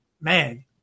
man